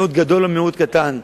מיעוט גדול או מיעוט קטן,